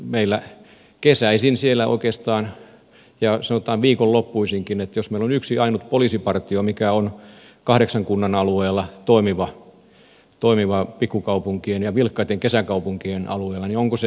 jos meillä siellä oikeastaan kesäisin ja sanotaan viikonloppuisinkin on yksi ainut poliisipartio mikä on kahdeksan kunnan alueella toimiva pikkukaupunkien ja vilkkaitten kesäkaupunkien alueella niin onko se riittävää turvaa